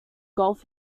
golf